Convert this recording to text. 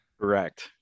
correct